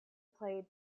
played